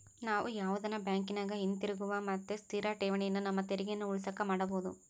ನಾವು ಯಾವುದನ ಬ್ಯಾಂಕಿನಗ ಹಿತಿರುಗುವ ಮತ್ತೆ ಸ್ಥಿರ ಠೇವಣಿಯನ್ನ ನಮ್ಮ ತೆರಿಗೆಯನ್ನ ಉಳಿಸಕ ಮಾಡಬೊದು